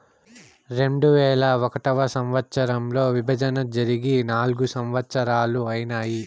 రెండువేల ఒకటో సంవచ్చరంలో విభజన జరిగి నాల్గు సంవత్సరాలు ఐనాయి